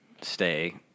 stay